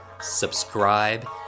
subscribe